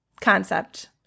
concept